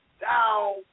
down